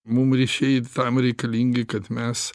mum ryšiai tam reikalingi kad mes